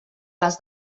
les